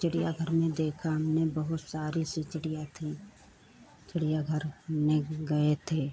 चिड़ियाघर में देखा हमने बहुत सारी सी चिड़िया थी चिड़ियाघर में गए थे